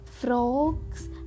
frogs